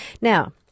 Now